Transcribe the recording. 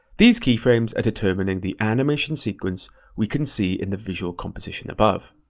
these keyframes are determining the animation sequence we can see in the visual composition above.